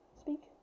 Speak